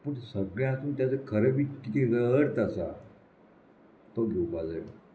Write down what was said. पूण सगळें आसून तेजो खरें बी कितें अर्थ आसा तो घेवपा जायो